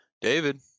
David